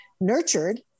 nurtured